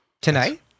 Tonight